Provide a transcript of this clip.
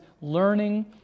learning